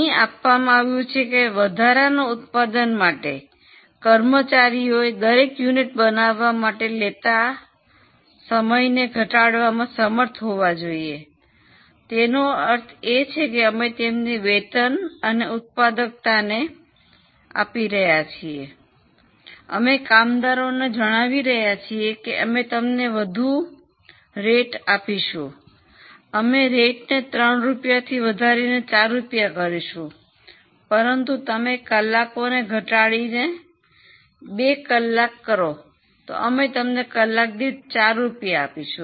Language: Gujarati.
અહીં આપવામાં આવ્યું છે કે વધારાના ઉત્પાદન માટે કર્મચારીઓ દરેક યુનિટ બનાવવા માટે લેતા સમયને ઘટાડવામાં સમર્થ હોવા જોઈએ તેનો અર્થ એ કે અમે તેમને વેતન અને ઉત્પાદકતાને આપી રહ્યા છીએ અમે કામદારોને જણાવી રહ્યા છીએ કે અમે તમને વધુ દર આપીશું અમે દર 3 રૂપિયાથી વધારીને 4 રૂપિયા કરીશું પરંતુ તમે કલાકોને ઘટાડી 2 કલાક કરો તો અમે તમને કલાક દીઠ 4 આપીશું